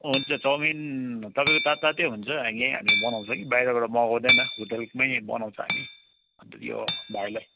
हुन्छ चाउमिन तपाईँको ताततातै हुन्छ यहीँ हामी बनाउँछ कि बाहिरबाट मगाउँदैन होटलमै बनाउँछ हामी अन्त यो भाइलाई